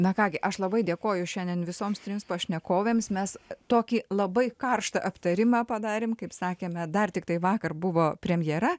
na ką gi aš labai dėkoju šiandien visoms trims pašnekovėms mes tokį labai karštą aptarimą padarėm kaip sakėme dar tiktai vakar buvo premjera